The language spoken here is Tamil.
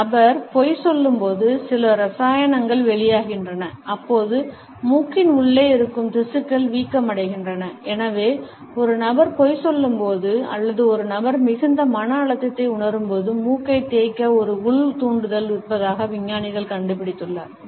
ஒரு நபர் பொய் சொல்லும்போது சில இரசாயனங்கள் வெளியாகின்றன அப்போது மூக்கின் உள்ளே இருக்கும் திசுக்கள் வீக்கமடைகின்றன எனவே ஒரு நபர் பொய் சொல்லும்போது அல்லது ஒரு நபர் மிகுந்த மன அழுத்தத்தை உணரும்போது மூக்கைத் தேய்க்க ஒரு உள் தூண்டுதல் இருப்பதாக விஞ்ஞானிகள் கண்டுபிடித்துள்ளனர்